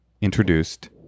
introduced